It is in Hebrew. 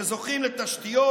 שזוכים לתשתיות,